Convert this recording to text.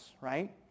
right